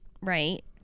right